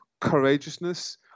courageousness